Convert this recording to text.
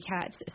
cats